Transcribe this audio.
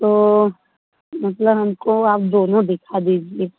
तो मतलब हम को आप दोनों दिखा दीजिए